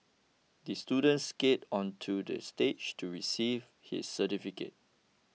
the student skated onto the stage to receive his certificate